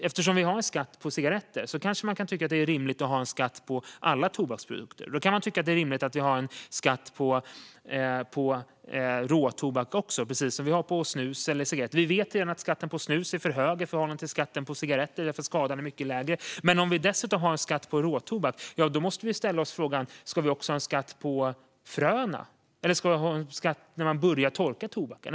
Eftersom vi har en skatt på cigaretter är det klart att man kan tycka att det är rimligt att ha en skatt på alla tobaksprodukter. Då kan man tycka att det är rimligt att ha en skatt även på råtobak, precis som på snus eller cigaretter. Vi vet redan att skatten på snus är för hög i förhållande till skatten på cigaretter eftersom skadan är mycket mindre. Men om vi dessutom har en skatt på råtobak måste vi ställa oss frågan: Ska vi också ha en skatt på fröna, eller när man börjar torka tobaken?